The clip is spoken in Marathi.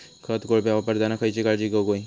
खत कोळपे वापरताना खयची काळजी घेऊक व्हयी?